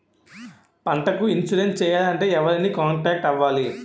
పంటకు ఇన్సురెన్స్ చేయాలంటే ఎవరిని కాంటాక్ట్ అవ్వాలి?